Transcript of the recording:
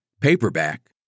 paperback